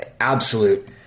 absolute